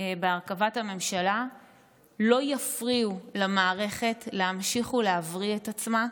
בהרכבת הממשלה לא יפריעו למערכת להמשיך ולהבריא את עצמה,